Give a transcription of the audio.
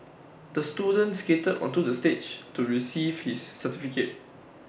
the student skated onto the stage to receive his certificate